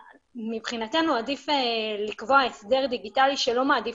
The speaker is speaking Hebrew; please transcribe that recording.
מבחינתנו עדיף לקבוע הסדר דיגיטלי שלא מעדיף